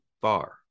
far